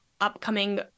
upcoming